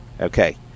Okay